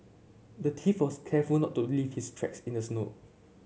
the thief was careful not to leave his tracks in the snow